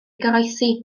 goroesi